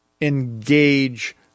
engage